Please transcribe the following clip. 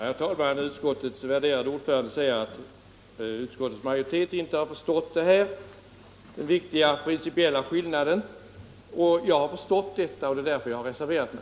Herr talman! Utskottets värderade ordförande säger att utskottets majoritet inte har förstått den viktiga principiella skillnaden mellan förordningens nuvarande lydelse och den som föreslås i propositionen. Jag har däremot förstått det, och det är därför jag har reserverat mig.